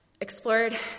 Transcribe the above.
Explored